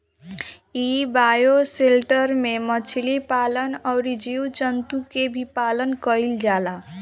इ बायोशेल्टर में मछली पालन अउरी जीव जंतु के भी पालन कईल जाला